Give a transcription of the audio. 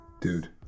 Dude